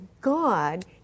God